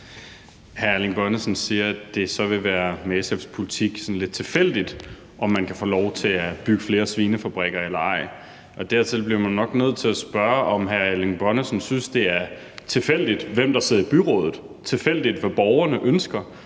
Hr. Erling Bonnesen siger, at det med SF's politik så vil være sådan lidt tilfældigt, om man kan få lov til at bygge flere svinefabrikker eller ej. Og dertil bliver man nok nødt til at spørge, om hr. Erling Bonnesen synes, det er tilfældigt, hvem der sidder i byrådet, og tilfældigt, hvad borgerne ønsker.